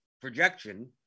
projection